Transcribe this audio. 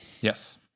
Yes